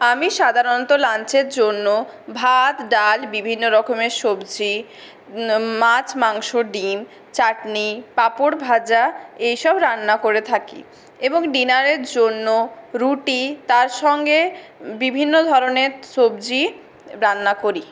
আমি সাধারণত লাঞ্চের জন্য ভাত ডাল বিভিন্ন রকমের সবজি মাছ মাংস ডিম চাটনি পাপড় ভাজা এইসব রান্না করে থাকি এবং ডিনারের জন্য রুটি তার সঙ্গে বিভিন্ন ধরণের সবজি রান্না করি